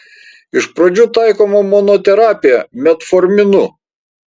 iš pradžių taikoma monoterapija metforminu